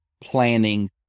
planning